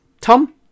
Tom